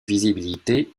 visibilité